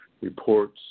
reports